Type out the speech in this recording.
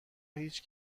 هیچ